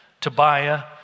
Tobiah